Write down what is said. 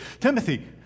Timothy